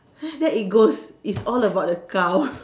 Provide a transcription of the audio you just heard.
then it's goes it's all about the cow